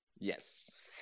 Yes